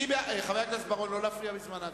חבר הכנסת בר-און, לא להפריע בזמן ההצבעה.